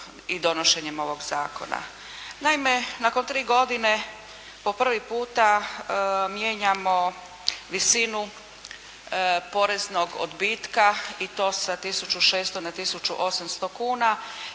i donošenjem ovog zakona. Naime nakon tri godine po prvi puta mijenjamo visinu poreznog odbitka i to sa 1600 na 1800 kuna